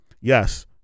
yes